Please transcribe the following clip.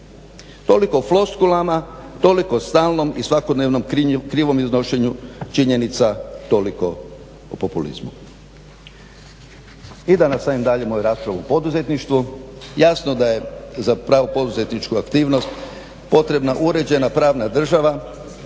Toliko o floskulama, toliko o stalnom i svakodnevnom krivom iznošenju činjenica, toliko o populizmu. I da nastavim dalje moju raspravu o poduzetništvu. Jasno da je za pravu poduzetničku aktivnost potrebna uređena pravna država,